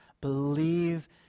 believe